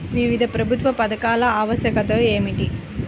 వివిధ ప్రభుత్వ పథకాల ఆవశ్యకత ఏమిటీ?